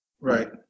Right